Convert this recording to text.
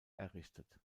errichtet